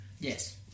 Yes